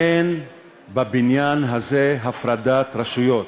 אין בבניין הזה הפרדת רשויות,